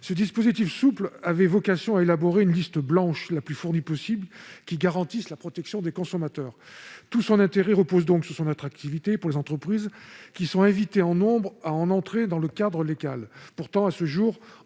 Ce dispositif souple avait vocation à élaborer une liste blanche la plus fournie possible, qui garantisse la protection des consommateurs. Tout son intérêt repose donc sur son attractivité pour les entreprises, qui sont invitées en nombre à entrer dans ce cadre légal. Pourtant, à ce jour,